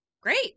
Great